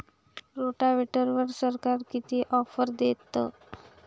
रोटावेटरवर सरकार किती ऑफर देतं?